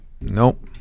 Nope